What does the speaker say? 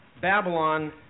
Babylon